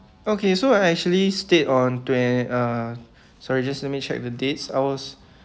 okay so I actually stayed on twen~ uh sorry just let me check the date I was